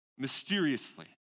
Mysteriously